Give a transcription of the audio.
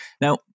Now